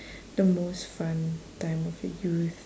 the most fun time of your youth